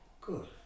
Good